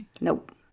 Nope